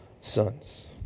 sons